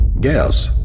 Guess